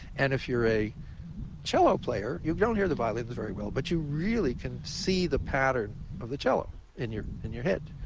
and if you're a cello player, you don't hear the violins very well, but you really can see the pattern of the cello in your in your head.